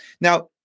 Now